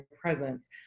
presence